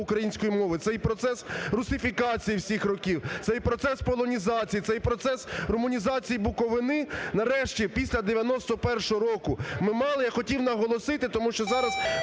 української мови. Цей процес русифікації всіх років, це і процес полонізації, це і процес румунізації Буковини, нарешті, після 91-го року ми мали, я хотів наголосити, тому що зараз